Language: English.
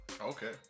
Okay